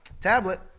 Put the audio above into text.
tablet